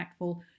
impactful